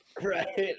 right